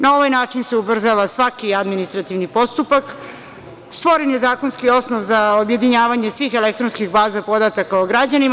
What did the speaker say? Na ovaj način se ubrzava svaki administrativni postupak, stvoren je zakonski osnov za objedinjavanje svih elektronskih baza podataka o građanima.